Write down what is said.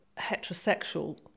heterosexual